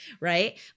right